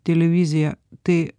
televizija tai